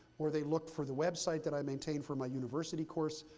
or they looked for the website that i maintain for my university course,